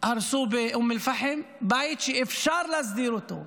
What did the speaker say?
הרסו באום אל-פחם בית שאפשר להסדיר אותו,